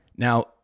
Now